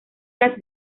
las